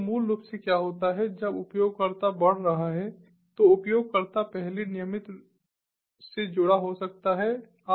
तो मूल रूप से क्या होता है जब उपयोगकर्ता बढ़ रहा है तो उपयोगकर्ता पहले नियमित से जुड़ा हो सकता है